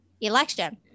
election